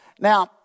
Now